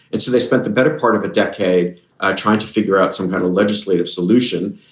and so they spent the better part of a decade ah trying to figure out some kind of legislative solution.